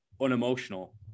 unemotional